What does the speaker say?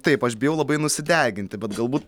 taip aš bijau labai nusideginti bet galbū